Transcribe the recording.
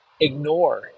Ignore